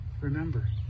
remember